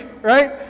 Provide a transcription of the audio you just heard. right